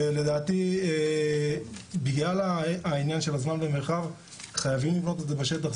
לדעתי בגלל העניין של הזמן והמרחב חייבים לבנות את זה בשטח,